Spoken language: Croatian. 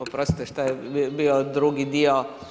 Oprostite, šta je bio drugi dio?